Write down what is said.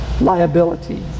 liability